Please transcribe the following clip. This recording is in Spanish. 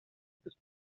sus